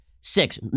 six